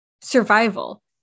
survival